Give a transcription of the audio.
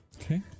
Okay